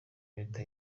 leta